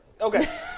Okay